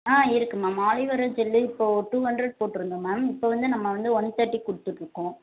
ஆ இருக்குது ma'am aloe vera gel இப்போது ஒரு டூ ஹண்ட்ரட் போட்டிருந்தோம் மேம் இப்போது வந்து நம்ம வந்து ஒன் தேர்ட்டிக்கு கொடுத்துட்டு இருக்கோம்